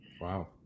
Wow